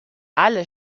alle